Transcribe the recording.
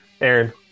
Aaron